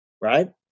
right